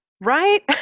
Right